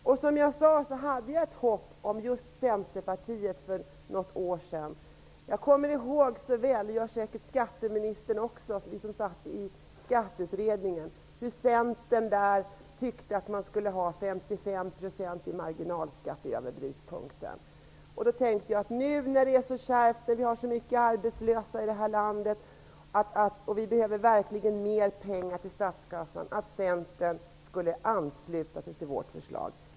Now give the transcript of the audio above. Som jag sade hade jag för något år sedan ett hopp om just Centerpartiet. Jag kommer så väl ihåg -- det gör säkert skatteministern också, eftersom vi satt i samma skatteutredning -- att Centern i utredningen om skatter ansåg att marginalskatten för dem över brytpunkten skulle vara 55 %. Nu när det är så kärvt, när vi i det här landet har så många arbetslösa och vi verkligen behöver mer pengar till statskassan, tänkte jag därför att Centern skulle ansluta sig till vårt förslag.